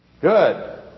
Good